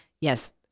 yes